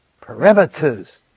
perimeters